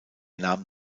nahm